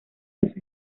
los